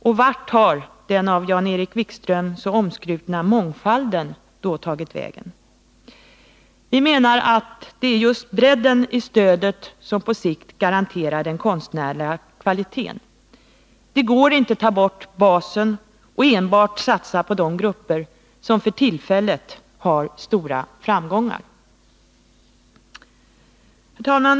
Och vart har den av Jan-Erik Wikström så omskrutna mångfalden då tagit vägen? Vi menar att det är just bredden i stödet som garanterar den konstnärliga kvaliteten. Det går inte att ta bort basen och enbart satsa på de grupper som för tillfället har stora framgångar. Herr talman!